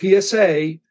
PSA